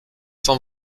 cent